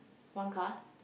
one car